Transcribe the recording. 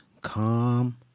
calm